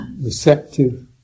receptive